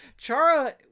Chara